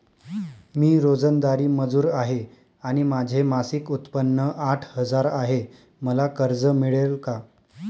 मी रोजंदारी मजूर आहे आणि माझे मासिक उत्त्पन्न आठ हजार आहे, मला कर्ज मिळेल का?